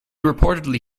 reportedly